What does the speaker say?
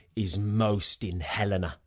is most in helena.